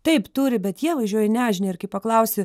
taip turi bet jie važiuoja į nežinią ir kai paklausi